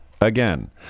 Again